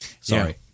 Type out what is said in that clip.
Sorry